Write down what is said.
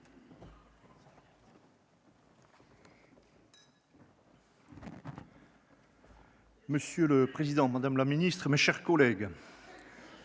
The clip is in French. Monsieur le président, madame la ministre, mes chers collègues,